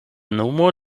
nomo